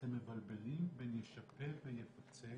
אתם מבלבלים בין ישפה ויפצה